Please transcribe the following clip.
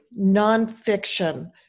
nonfiction